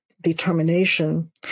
determination